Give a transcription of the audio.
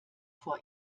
vor